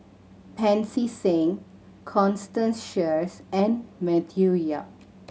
Pancy Seng Constance Sheares and Matthew Yap